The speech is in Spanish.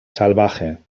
salvaje